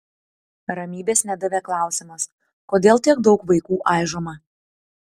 ramybės nedavė klausimas kodėl tiek daug vaikų aižoma